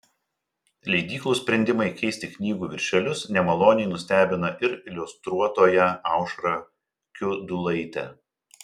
leidyklų sprendimai keisti knygų viršelius nemaloniai nustebina ir iliustruotoją aušrą kiudulaitę